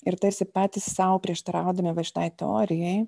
ir tarsi patys sau prieštaraudami va šitai teorijai